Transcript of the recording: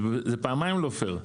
אז זה פעמיים לא פייר.